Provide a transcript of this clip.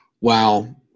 Wow